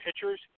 pitchers